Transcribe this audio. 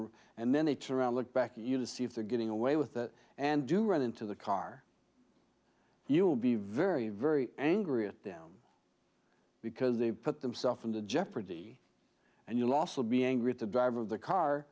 to and then they turn around look back at you to see if they're getting away with it and you run into the car you will be very very angry at them because they put themself into jeopardy and you'll also be angry at the driver of the car